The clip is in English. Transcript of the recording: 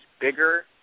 bigger